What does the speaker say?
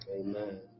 Amen